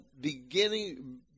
beginning